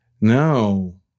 No